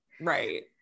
right